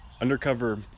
Undercover